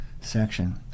section